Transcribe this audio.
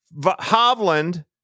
Hovland